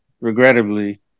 regrettably